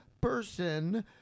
person